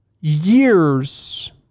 years